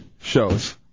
shows